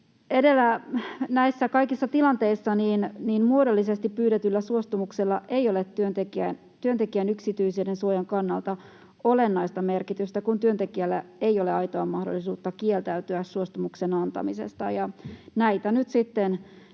Näissä kaikissa tilanteissa muodollisesti pyydetyllä suostumuksella ei ole työntekijän yksityisyyden suojan kannalta olennaista merkitystä, kun työntekijällä ei ole aitoa mahdollisuutta kieltäytyä suostumuksen antamisesta, ja näitä